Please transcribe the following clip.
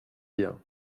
bien